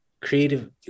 creative